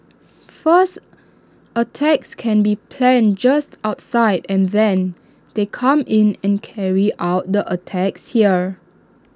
first attacks can be planned just outside and then they come in and carry out the attacks here